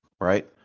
right